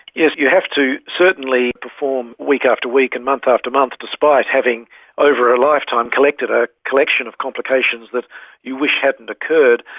yes, you have to certainly perform week after week and month after month, despite having over a lifetime collected a collection of complications that you wish hadn't occurred.